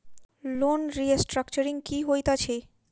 Loan restructuring की होइत अछि?